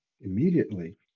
immediately